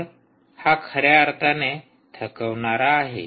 तर हा खऱ्या अर्थाने थकवणारा आहे